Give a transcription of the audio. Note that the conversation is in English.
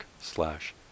slash